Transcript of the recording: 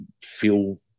Feel